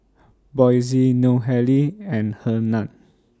Boysie Nohely and Hernan